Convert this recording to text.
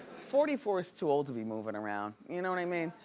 forty four is too old to be moving around, you know what i mean?